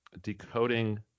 decoding